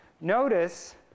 notice